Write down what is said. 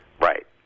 Right